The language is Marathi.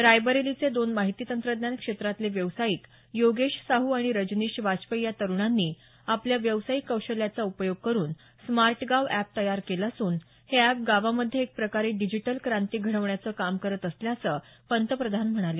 रायबरेलीचे दोन माहिती तंत्रज्ञान क्षेत्रातले व्यावसायिक योगेश साहू आणि रजनीश वाजपेयी या तरुणांनी आपल्या व्यावसायिक कौशल्याचा उपयोग करून स्मार्टगांव एप तयार केलं असून हे एप गावामध्ये एक प्रकारे डिजिटल क्रांती घडवण्याचं काम करत असल्याचं पंतप्रधान म्हणाले